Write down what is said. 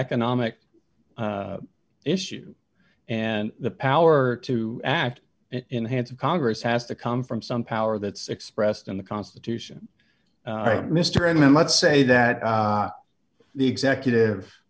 economic issue and the power to act in the hands of congress has to come from some power that's expressed in the constitution mr inman let's say that the executive